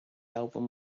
album